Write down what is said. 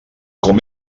com